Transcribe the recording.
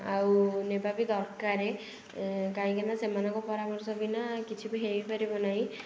ଆଉ ନେବା ବି ଦରକାର କାହିଁକିନା ସେମାନଙ୍କ ପରାମର୍ଶ ବିନା କିଛି ବି ହେଇପାରିବ ନାହିଁ